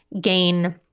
gain